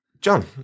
John